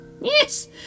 Yes